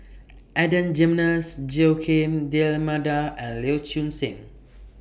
Adan Jimenez Joaquim D'almeida and Lee Choon Seng